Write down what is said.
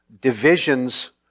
divisions